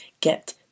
get